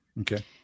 Okay